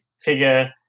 figure